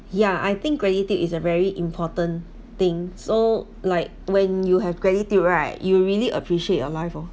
yeah I think gratitude is a very important thing so like when you have gratitude right you will really appreciate your life oh